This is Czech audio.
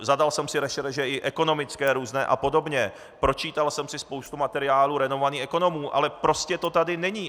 Zadal jsem si rešerše i ekonomické různé a podobně, pročítal jsem si spoustu materiálů renomovaných ekonomů, ale prostě to tady není.